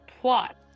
plot